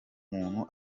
umuntu